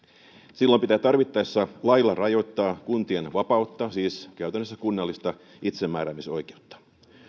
silloin pitää tarvittaessa lailla rajoittaa kuntien vapautta siis käytännössä kunnallista itsemääräämisoikeutta